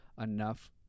enough